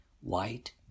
white